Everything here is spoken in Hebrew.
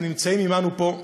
הנמצאים עמנו פה,